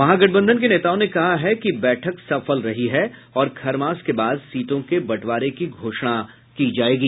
महागठबंधन के नेताओं ने कहा है कि बैठक सफल रही है और खरमास के बाद सीटों के बंटवारे की घोषणा की जायेगी